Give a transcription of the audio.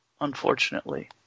unfortunately